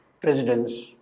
presidents